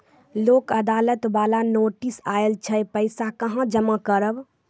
लोक अदालत बाला नोटिस आयल छै पैसा कहां जमा करबऽ?